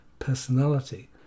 personality